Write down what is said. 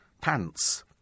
pants